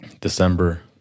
December